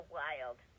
wild